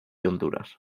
honduras